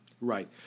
Right